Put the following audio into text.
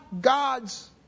God's